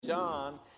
John